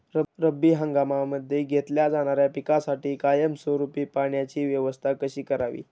रब्बी हंगामामध्ये घेतल्या जाणाऱ्या पिकांसाठी कायमस्वरूपी पाण्याची व्यवस्था कशी करावी?